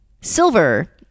silver